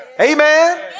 Amen